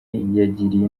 yagiriye